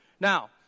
Now